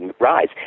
Rise